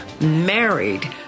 married